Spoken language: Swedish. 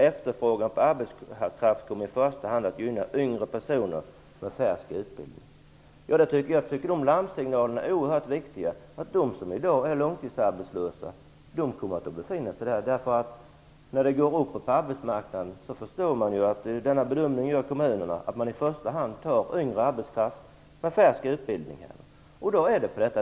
Efterfrågan på arbetskraft kommer i första hand att gynna yngre personer med en färsk utbildning.'' Dessa larmsignaler är oerhört viktiga; de som i dag är långtidsarbetslösa kommer att fortsätta att vara det. Man förstår ju att kommunerna, när det går uppåt på arbetsmarknaden, gör den bedömningen att de i första hand skall ta yngre arbetskraft med färsk utbildning.